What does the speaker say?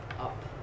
up